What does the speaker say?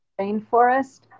rainforest